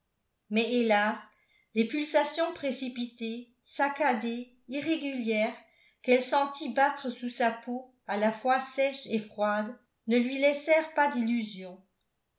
mais hélas les pulsations précipitées saccadées irrégulières qu'elle sentit battre sous sa peau à la fois sèche et froide ne lui laissèrent pas d'illusion